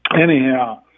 anyhow